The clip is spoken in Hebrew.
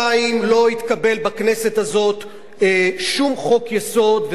מאז 1992 לא התקבל בכנסת הזאת שום חוק-יסוד,